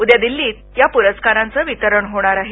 उद्या दिल्लीत या प्रस्कारांचे वितरण होणार आहे